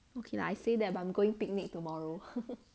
okay lah I say that but I'm going picnic tomorrow